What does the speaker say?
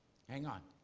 hang on.